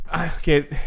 okay